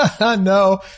no